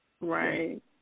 Right